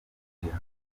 nigeze